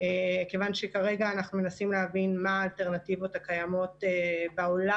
כי כרגע אנחנו מנסים להבין מה האלטרנטיבות הקיימות בעולם.